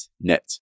net